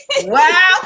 Wow